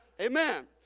Amen